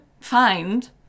find